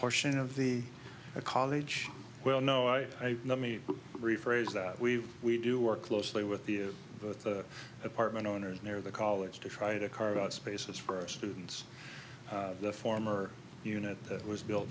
portion of the college well no i let me rephrase that we we do work closely with you both the apartment owners near the college to try to carve out spaces for students the former unit that was built